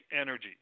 energy